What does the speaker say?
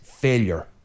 failure